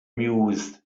mused